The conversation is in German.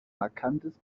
markantes